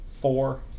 four